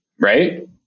Right